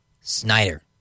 Snyder